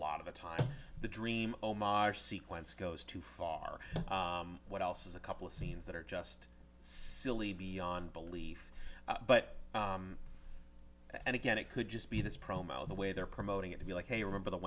lot of the time the dream omar sequence goes too far what else is a couple of scenes that are just silly beyond belief but and again it could just be this promo the way they're promoting it to be like hey remember the